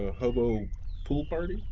ah hobo pool party?